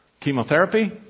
chemotherapy